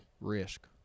risk